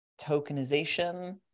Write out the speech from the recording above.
tokenization